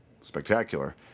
spectacular